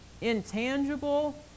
intangible